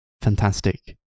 fantastic